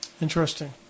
Interesting